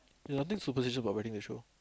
there's nothing superstitious about biting the shoe